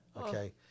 okay